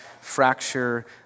fracture